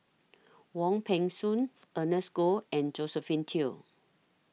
Wong Peng Soon Ernest Goh and Josephine Teo